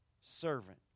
servant